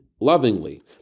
lovingly